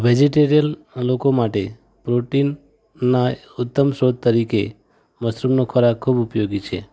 vegetarian લોકો માટે પ્રોટિનના ઉત્તમ સ્ત્રોત તરીકે મશરૂમનો ખોરાક ખૂબ ઉપયોગી છે